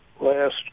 last